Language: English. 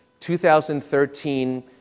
2013